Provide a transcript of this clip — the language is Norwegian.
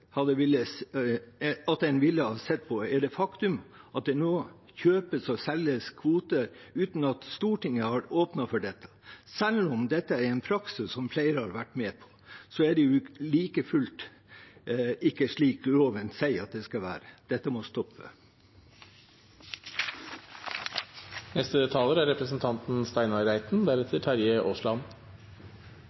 at en ville ha sett på, er det faktum at det nå kjøpes og selges kvoter uten at Stortinget har åpnet for dette. Selv om dette er en praksis som flere har vært med på, er det like fullt ikke slik loven sier at det skal være. Dette må